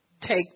take